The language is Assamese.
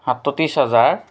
সাতত্ৰিছ হাজাৰ